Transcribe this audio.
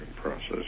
process